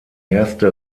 erste